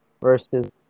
versus